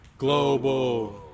global